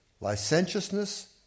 licentiousness